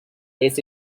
this